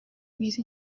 mwiza